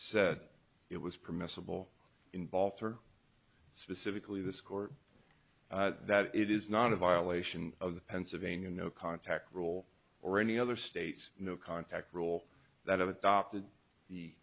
said it was permissible involved or specifically the score that it is not a violation of the pennsylvania no contact rule or any other states no contact rule that have adopted the